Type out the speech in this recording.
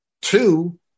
Two